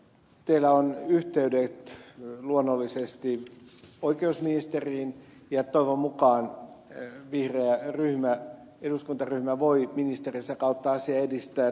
teillä on yhteydet luonnollisesti oikeusministeriin ja toivon mukaan vihreä eduskuntaryhmä voi ministerinsä kautta asiaa edistää